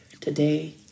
Today